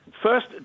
First